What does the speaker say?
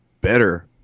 better